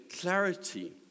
clarity